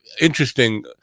interesting